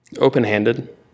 open-handed